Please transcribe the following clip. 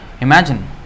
imagine